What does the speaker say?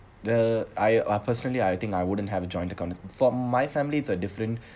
uh I I personally I think I wouldn't have a joint account from my families are different